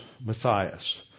Matthias